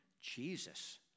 Jesus